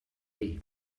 hiv